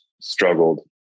struggled